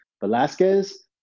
Velasquez